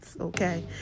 okay